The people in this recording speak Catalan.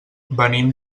venim